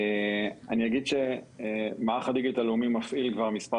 אני אגיד שמערך הדיגיטל הלאומי מפעיל כבר מספר